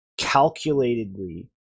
calculatedly